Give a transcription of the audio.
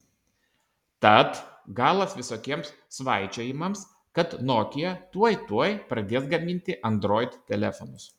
tad galas visokiems svaičiojimams kad nokia tuoj tuoj pradės gaminti android telefonus